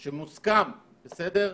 שמוסכם, בסדר?